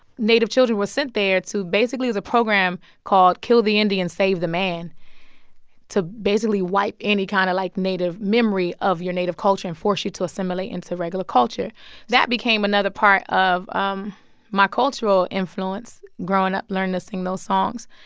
native children were sent there to basically, it was a program called kill the indian, save the man to basically wipe any kind of, like, native memory of your native culture and force you to assimilate into regular culture that became another part of um my cultural influence growing up, learning to sing those songs.